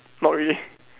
not really